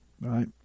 Right